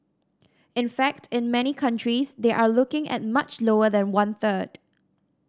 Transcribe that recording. in fact in many countries they are looking at much lower than one third